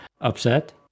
upset